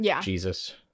Jesus